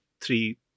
Three